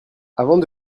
avant